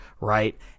Right